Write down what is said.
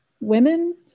women